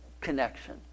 connection